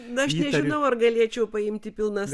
na aš nežinau ar galėčiau paimti pilnas